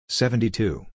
seventy-two